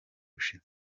ushize